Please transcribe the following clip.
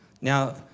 Now